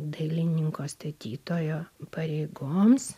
dailininko statytojo pareigoms